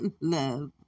love